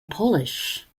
polish